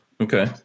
Okay